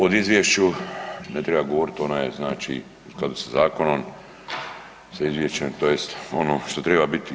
O izvješću ne treba govoriti ono je znači u skladu sa zakonom, sa izvješćem tj. ono što treba biti.